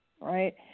right